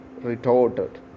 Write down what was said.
retorted